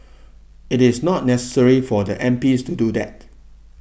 it's not necessary for the M P to do that